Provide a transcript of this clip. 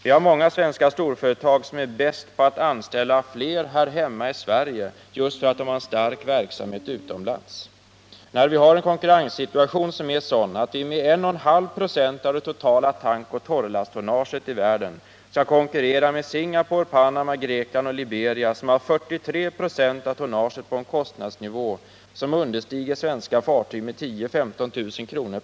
Vi har många svenska storföretag som är bäst av alla på att anställa fler här hemma i Sverige just därför att de har en stark verksamhet utomlands. När vi har en konkurrenssituation som är sådan att vi med 1,5 96 av det totala tankoch torrlasttonnaget i världen skall konkurrera med Singapore, Panama, Grekland och Liberia, som har 43 96 av tonnaget och en kostnadsnivå som understiger den som gäller för svenska fartyg med 10 000-15 000 kr.